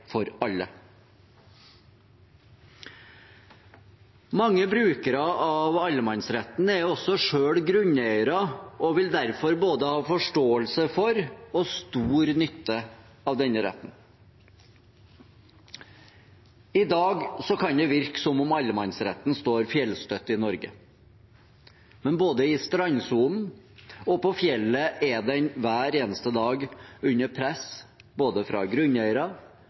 for alle. Mange brukere av allemannsretten er også selv grunneiere og vil derfor både ha forståelse for og stor nytte av denne retten. I dag kan det virke som om allemannsretten står fjellstøtt i Norge. Men både i strandsonen og på fjellet er den hver eneste dag under press fra både grunneiere,